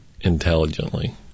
intelligently